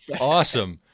Awesome